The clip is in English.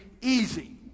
easy